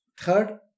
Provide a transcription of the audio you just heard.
Third